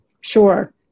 Sure